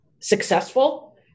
successful